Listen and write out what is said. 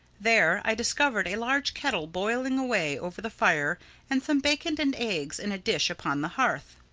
there i discovered a large kettle boiling away over the fire and some bacon and eggs in a dish upon the hearth.